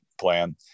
plan